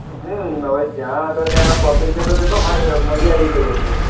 હં હવે જ્યાં હતા ત્યાં પબ્લિકને તો કેટલો મજા આવી ગઈ હશે